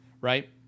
right